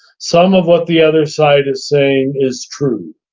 some of what the other side is saying is true.